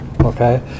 Okay